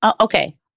Okay